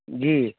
جی